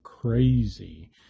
crazy